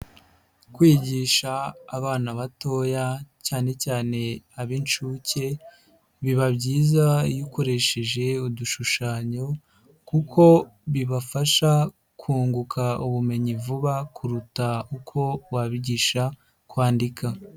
Kwigisha abana batoya cyane cyane ab'inshuke biba byiza iyo ukoresheje udushushanyo kuko bibafasha kunguka ubumenyi vuba kuruta uko wabigisha kwandika.